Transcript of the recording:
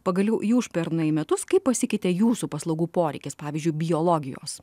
pagaliau į užpernai metus kaip pasikeitė jūsų paslaugų poreikis pavyzdžiui biologijos